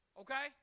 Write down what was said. Okay